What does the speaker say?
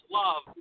love